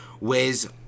Wiz